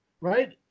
Right